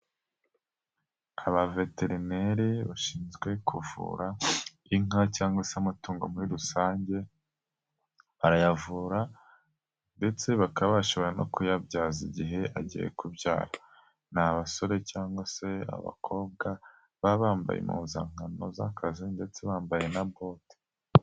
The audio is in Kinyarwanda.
Aba veterineri bashinzwe kuvura inka cyangwa se amatungo muri rusange, barayavura ndetse bakabashobora no kuyabyaza igihe agiye kubyara. Ni abasore cyangwa se abakobwa baba bambaye impuzankano z'akazi ndetse bambaye na bote.